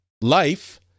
life